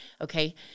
okay